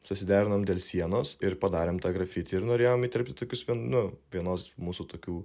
susiderinom dėl sienos ir padarėm tą grafitį ir norėjom įterpti tokius nu vienos mūsų tokių